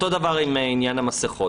אותו דבר בעניין המסכות